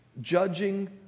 judging